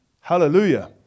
Hallelujah